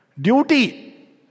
Duty